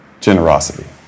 generosity